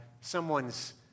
someone's